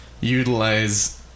utilize